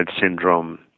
syndrome